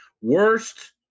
Worst